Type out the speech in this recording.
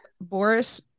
Boris